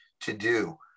to-do